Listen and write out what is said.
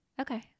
okay